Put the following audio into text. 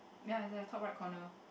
ya that was top right corner